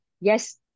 yes